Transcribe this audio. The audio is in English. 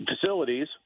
facilities